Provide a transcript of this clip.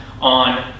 on